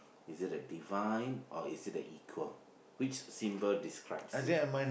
is it the divide or is it the equal which symbol describe you